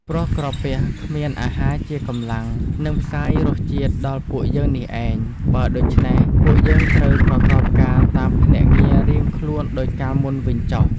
ព្រោះក្រពះគ្មាន អាហារជាកម្លាំង នឹងផ្សាយរសជាតិដល់ពួកយើងនេះឯង បើដូច្នេះពួកយើង ត្រូវប្រកបការតាមភ្នាក់ងាររៀងខ្លួនដូចកាលមុនវិញចុះ។